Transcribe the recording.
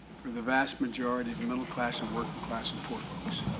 for the vast majority of the middle class and working class and poor folk.